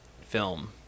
film